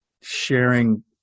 sharing